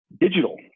digital